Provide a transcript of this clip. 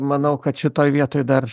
manau kad šitoj vietoj dar